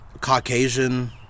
Caucasian